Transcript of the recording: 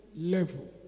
level